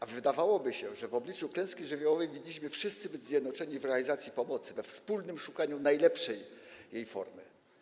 A wydawałoby się, że w obliczu klęski żywiołowej wszyscy winniśmy być zjednoczeni w realizacji pomocy, we wspólnym szukaniu najlepszej jej formy.